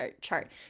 chart